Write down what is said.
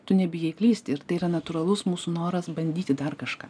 tu nebijai klysti ir tai yra natūralus mūsų noras bandyti dar kažką